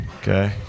Okay